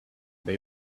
they